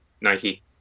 Nike